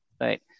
right